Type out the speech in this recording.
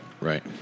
right